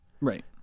Right